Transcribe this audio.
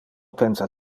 pensa